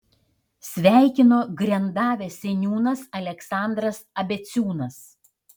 sveikino grendavės seniūnas aleksandras abeciūnas